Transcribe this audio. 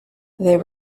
they